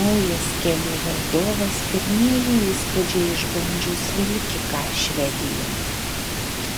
naujas kelių valdovas pirmieji įspūdžiai išbandžius vilkiką švedijoje